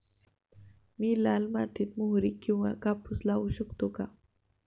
मी लाल मातीत मोहरी किंवा कापूस लावू शकतो का?